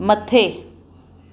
मथे